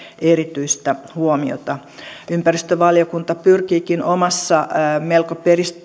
erityistä huomiota ympäristövaliokunta pyrkiikin omassa melko